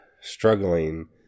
struggling